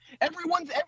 Everyone's